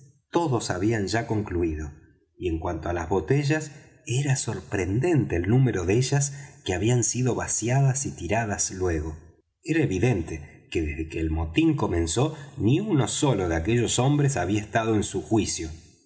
todos habían ya concluído y en cuanto á las botellas era sorprendente el número de ellas que habían sido vaciadas y tiradas luego era evidente que desde que el motín comenzó ni uno solo de aquellos hombres había estado en su juicio